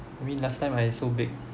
I mean last time I also bake